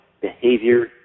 behavior